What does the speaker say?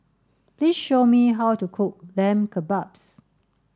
please show me how to cook Lamb Kebabs